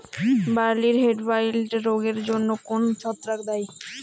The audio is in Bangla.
বার্লির হেডব্লাইট রোগের জন্য কোন ছত্রাক দায়ী?